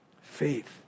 Faith